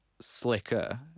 slicker